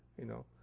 you know.